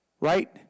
Right